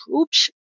oops